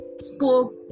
spoke